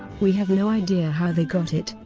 we have no idea how they got it,